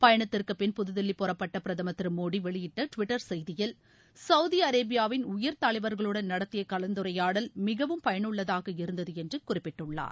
பயணத்திற்கு பின் புதுதில்லி புறப்பட்ட பிரதமர் திரு மோடி வெளியிட்ட டுவிட்டர் செய்தியில் சவுதி அரேபியாவின் உயர் தலைவர்களுடன் நடத்திய கலந்துரையாடல் மிகவும் பயனுள்ளதாக இருந்தது என்று குறிப்பிட்டுள்ளார்